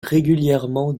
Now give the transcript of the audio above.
régulièrement